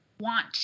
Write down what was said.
want